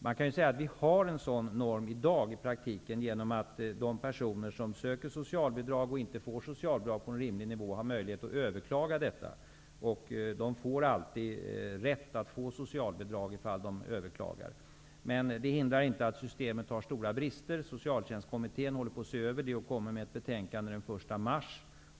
Man kan säga att vi i praktiken har en sådan norm i dag genom att de personer som söker socialbidrag och inte får det på en rimlig nivå, har möjlighet att överklaga detta. De får alltid rätt till socialbidrag när de överklagar. Men det hindrar inte att systemet har stora brister. Socialtjänstkommittén ser nu över dessa brister och kommer att presentera ett betänkande den 1 mars.